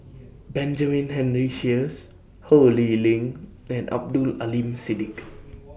Benjamin Henry Sheares Ho Lee Ling and Abdul Aleem Siddique